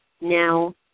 Now